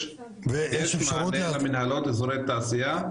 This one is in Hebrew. יש מענה למנהלות אזורי תעשייה.